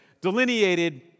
delineated